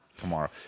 tomorrow